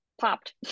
popped